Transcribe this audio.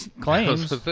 claims